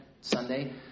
Sunday